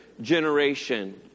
generation